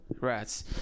rats